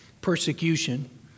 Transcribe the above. persecution